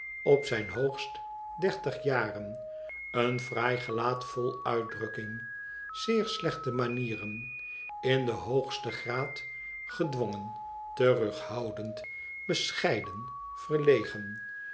op zijn hoogst dertig jaren een fraai gelaat vol uitdrukkmg zeer slechte manieren in den hoogsten graad gedwongen terughoudend bescheiden verlegen